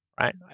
right